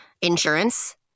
insurance